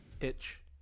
Itch